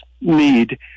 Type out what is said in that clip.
need